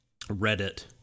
Reddit